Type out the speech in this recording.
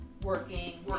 working